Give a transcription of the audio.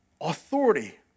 authority